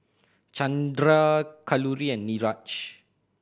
Chandra Kalluri and Niraj